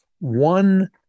one